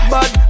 Bad